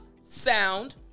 sound